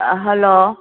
hello